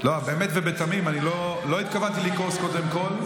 באמת ובתמים אני לא התכוונתי לכעוס, קודם כול.